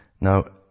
Now